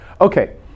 Okay